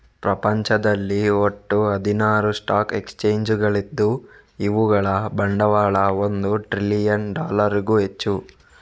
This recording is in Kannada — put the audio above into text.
ಪ್ರಪಂಚದಲ್ಲಿ ಒಟ್ಟು ಹದಿನಾರು ಸ್ಟಾಕ್ ಎಕ್ಸ್ಚೇಂಜುಗಳಿದ್ದು ಇವುಗಳ ಬಂಡವಾಳ ಒಂದು ಟ್ರಿಲಿಯನ್ ಡಾಲರಿಗೂ ಹೆಚ್ಚು